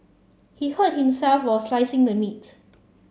he hurt himself while slicing the meat